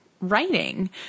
writing